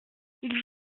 ils